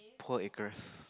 whole acres